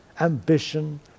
ambition